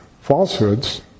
falsehoods